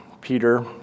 Peter